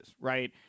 right